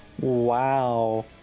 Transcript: Wow